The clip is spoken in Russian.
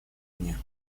мне